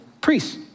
priests